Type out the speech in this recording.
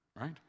Right